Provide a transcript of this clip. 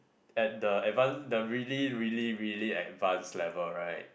at the advanced the really really really advanced level right